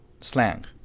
Slang